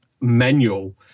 manual